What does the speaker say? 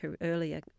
earlier